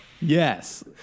yes